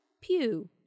pew